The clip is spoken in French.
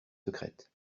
secrètes